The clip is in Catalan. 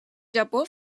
japó